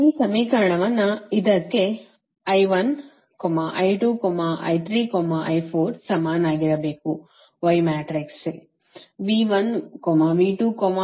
ಈ ಸಮೀಕರಣವನ್ನು ಇದಕ್ಕೆ ಸಮನಾಗಿರಬೇಕು Y ಮ್ಯಾಟ್ರಿಕ್ಸ್ ಸರಿನಾ